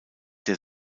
der